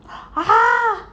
ha